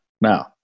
now